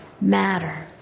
matter